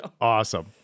awesome